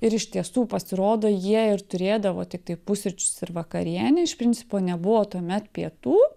ir iš tiesų pasirodo jie ir turėdavo tiktai pusryčius ir vakarienę iš principo nebuvo tuomet pietų